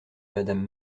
madame